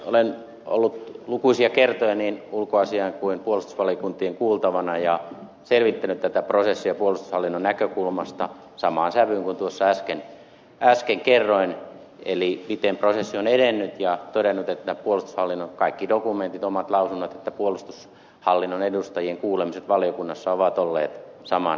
olen ollut lukuisia kertoja niin ulkoasiain kuin puolustusvaliokunnankin kuultavana ja selvittänyt tätä prosessia puolustushallinnon näkökulmasta samaan sävyyn kuin tuossa äsken kerroin eli miten prosessi on edennyt ja todennut että puolustushallinnon kaikki dokumentit omat lausunnot ja puolustushallinnon edustajien kuulemiset valiokunnassa ovat olleet saman sisältöisiä